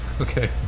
Okay